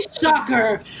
shocker